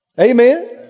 Amen